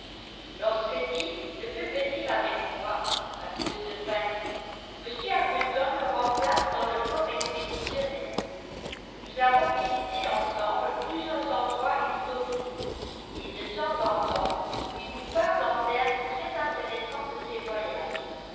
lorsque dick ne peut venir avec moi à cause de fanny m arbuton le remplace dans le corps expéditionnaire nous avons visité ensemble plusieurs endroits historiques et de temps en temps il nous parle en termes très intéressants de ses voyages